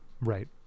right